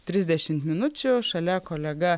trisdešimt minučių šalia kolega